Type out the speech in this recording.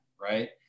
right